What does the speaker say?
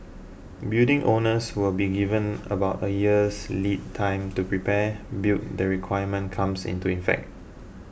building owners will be given about a year's lead time to prepare build the requirement comes into effect